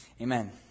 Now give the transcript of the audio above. amen